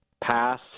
pass